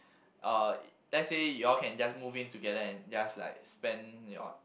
uh let's say you all can just move in together and just like spend your